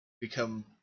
become